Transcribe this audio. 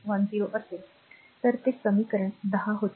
10 असेल तर ते समीकरण 10 होते